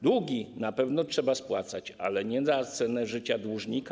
Długi na pewno trzeba spłacać, ale nie za cenę życia dłużnika.